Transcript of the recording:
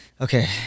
Okay